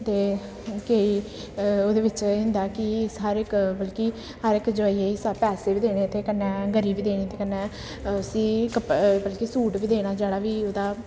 ते केईं ओह्दे बिच्च एह् होई जंदा ऐ कि सारे इक मतलब कि हर इक जोआइयै गी पैसे बी देने ते कन्नै गरी बी देनी ते कन्नै उस्सी कप बल्कि सूट बी देना जेह्ड़ा बी ओह्दा